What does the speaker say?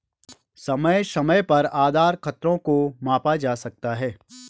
समय समय पर आधार खतरों को मापा जा सकता है